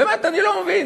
באמת, אני לא מבין.